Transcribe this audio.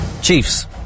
Chiefs